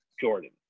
Jordan